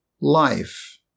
life